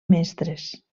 mestres